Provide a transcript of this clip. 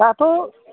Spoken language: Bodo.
दाथ'